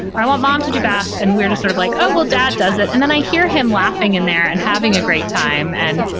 i want mom to do baths. and we're just sort of like, oh, well, dad does it and then i hear him laughing in there and having a great time and,